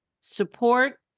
support